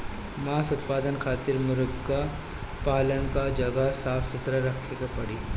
मांस उत्पादन खातिर मुर्गा पालन कअ जगह साफ सुथरा रखे के पड़ी